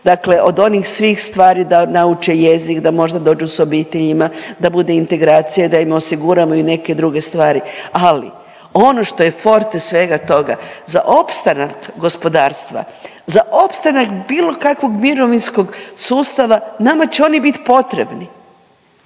dakle od onih svih stvari, da nauče jezik, da možda dođu s obiteljima, da bude integracija, da im osiguramo i neke druge stvari, ali ono što je forte svega toga, za opstanak gospodarstva, za opstanak bilo kakvog mirovinskog sustava, nama će oni bit potrebni.